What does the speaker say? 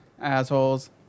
assholes